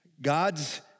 God's